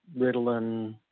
Ritalin